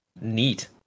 neat